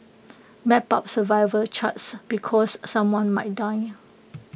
map out survival charts because someone might die